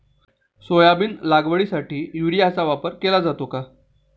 Soybean लागवडीसाठी युरियाचा वापर केला जातो का?